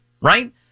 right